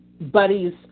buddies